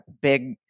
big